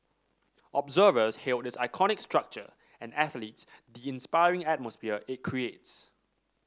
observers hailed its iconic structure and athletes the inspiring atmosphere it creates